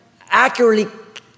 accurately